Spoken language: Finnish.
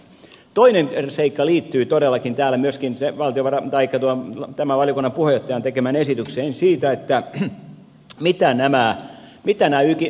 toinen seikka liittyy todellakin täällä myöskin valtiovarain tai kedon tämä oli kyllä puhettaan tekemän tämän valiokunnan puheenjohtajan tekemään esitykseen näistä ylitakauksista